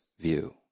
view